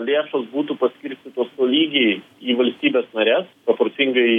lėšos būtų paskirstytos tolygiai į valstybes nares proporcingai